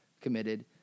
committed